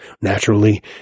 Naturally